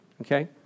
Okay